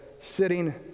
sitting